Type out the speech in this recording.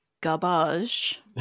garbage